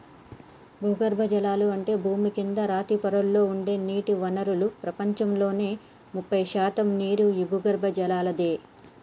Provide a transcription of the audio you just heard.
భూగర్బజలాలు అంటే భూమి కింద రాతి పొరలలో ఉండే నీటి వనరులు ప్రపంచంలో ముప్పై శాతం నీరు ఈ భూగర్బజలలాదే